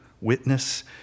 witness